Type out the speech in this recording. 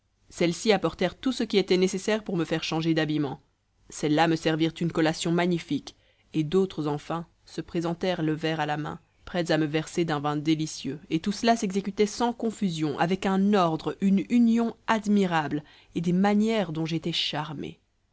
celles-ci apportèrent tout ce qui était nécessaire pour me faire changer d'habillement celles-là me servirent une collation magnifique et d'autres enfin se présentèrent le verre à la main prêtes à me verser d'un vin délicieux et tout cela s'exécutait sans confusion avec un ordre une union admirable et des manières dont j'étais charmé